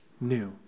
new